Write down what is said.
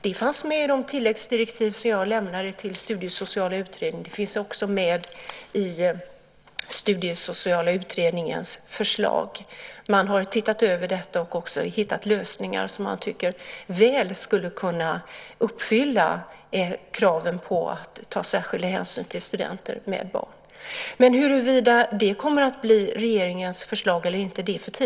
Det fanns med i de tilläggsdirektiv som jag lämnade till den studiesociala utredningen. Det finns också med i utredningens förslag. Man har tittat över detta och hittat lösningar som man tycker väl skulle kunna uppfylla kraven på att ta särskild hänsyn till studenter med barn. Men det är för tidigt att säga huruvida detta kommer att bli regeringens förslag eller inte.